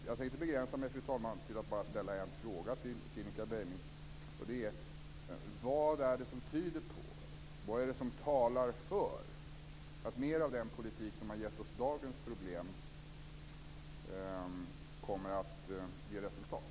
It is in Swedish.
Jag tänkte, fru talman, begränsa mig till en fråga till Cinnika Beiming: Vad är det som talar för att mer av den politik som har gett oss dagens problem kommer att ge resultat?